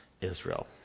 israel